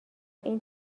این